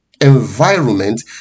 environment